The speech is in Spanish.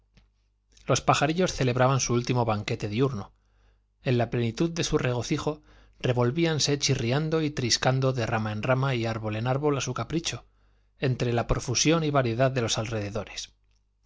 los pajarillos celebraban su último banquete diurno en la plenitud de su regocijo revolvíanse chirriando y triscando de rama en rama y árbol en árbol a su capricho entre la profusión y variedad de los alrededores